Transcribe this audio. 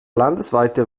landesweite